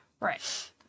Right